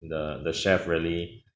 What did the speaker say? the the chef really